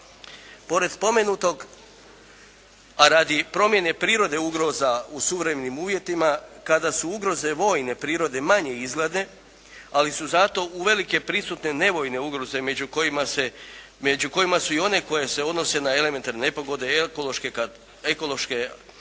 Pored pomenutog a radi promjene prirode ugroza u suvremenim uvjetima kada su ugroze vojne prirode manje …/Govornik se ne razumije./…, ali su zato uvelike prisutne nevojne ugroze među kojima su i one koje se odnose na elementarne nepogode i ekološke katastrofe